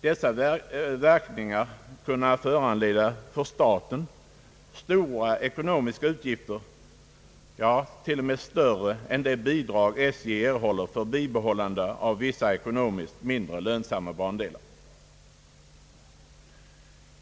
Dessa verkningar kan för staten föranleda stora utgifter, t.o.m., större än de bidrag som SJ erhållit för bibehållande av vissa ekonomiskt mindre lönsamma bandelar.